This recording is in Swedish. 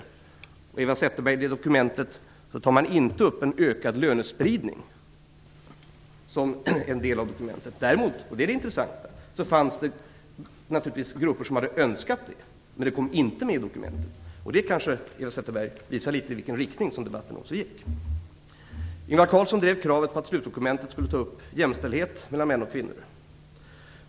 Jag vill säga till Eva Zetterberg att man i detta dokument inte tar upp frågan om en ökad lönespridning. Däremot fanns det - det är det intressanta - grupper som hade önskat det, men det kom inte med i dokumentet. Det visar i vilken riktning som debatten gick. Ingvar Carlsson drev kravet på att man i slutdokumentet skulle ta upp jämställdhet mellan män och kvinnor.